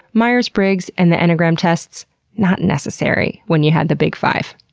meyers-briggs and the enneagram tests not necessary when you have the big five.